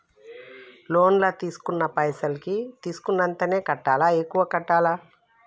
Loan లా తీస్కున్న పైసల్ కి తీస్కున్నంతనే కట్టాలా? ఎక్కువ కట్టాలా?